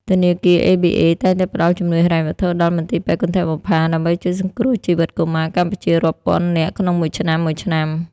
ធនាគារ ABA តែងតែផ្តល់ជំនួយហិរញ្ញវត្ថុដល់ មន្ទីរពេទ្យគន្ធបុប្ផា ដើម្បីជួយសង្គ្រោះជីវិតកុមារកម្ពុជារាប់ពាន់នាក់ក្នុងមួយឆ្នាំៗ។